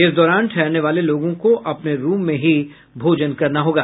इस दौरान ठहरने वाले लोगों को अपने रूम में ही भोजन करना होगा